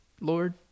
Lord